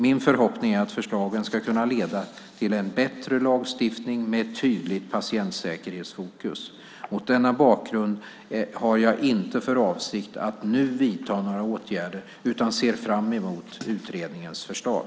Min förhoppning är att förslagen ska kunna leda till en bättre lagstiftning med ett tydligt patientsäkerhetsfokus. Mot denna bakgrund har jag inte för avsikt att nu vidta några åtgärder utan ser fram emot utredningens förslag.